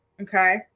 Okay